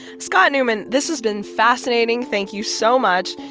scott neuman, this has been fascinating. thank you so much.